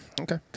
Okay